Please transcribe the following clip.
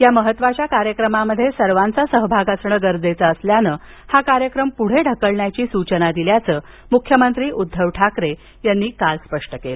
या महत्वाच्या कार्यक्रमात सर्वांचा सहभाग असणं गरजेचं असल्यानं हा कार्यक्रम पूढे ढकलण्याची सूचना दिल्याचं मूख्यमंत्री उद्धव ठाकरे यांनी काल स्पष्ट केलं